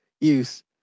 use